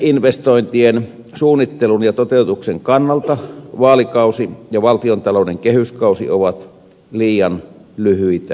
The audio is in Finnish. liikenneinvestointien suunnittelun ja toteutuksen kannalta vaalikausi ja valtiontalouden kehyskausi ovat liian lyhyitä ajanjaksoja